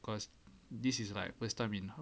cause this is like first time in